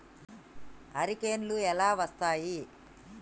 హరికేన్లు ఎలా వస్తాయి?